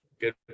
Good